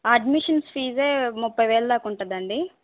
admissions ఫీజే ముప్పై వేలు దాకా ఉంటుందండి